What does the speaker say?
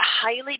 highly